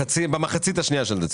במחצית השנייה של דצמבר.